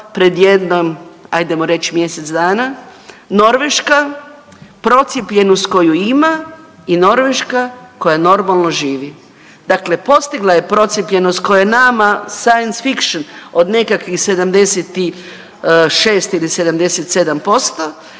pred jedno, ajdemo reći mjesec dana, Norveška, procijepljenost koju ima i Norveška koja normalno živi. Dakle postigla je procijepljenost koja je nama science fiction od nekakvih 76 ili 77%,